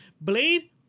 Blade